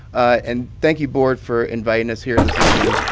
and thank you, board, for inviting us here this evening